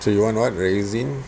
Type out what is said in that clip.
so you want what resin